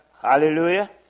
Hallelujah